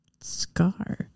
Scar